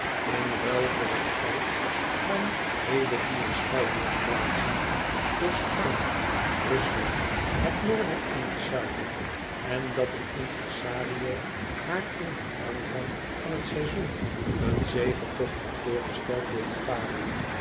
in ruil voor het goud van heele dure schouwburgplaatsen door spanje rusland het noorden en het zuiden en dat een impresario haar in den aanvang van het seizoen een zegetocht had voorgesteld door liparië